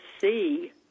see